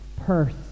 purse